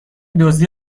دزدی